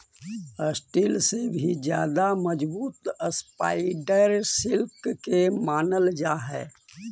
steel से भी ज्यादा मजबूत स्पाइडर सिल्क के मानल जा हई